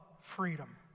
freedom